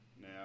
Now